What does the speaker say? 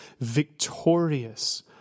victorious